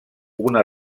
una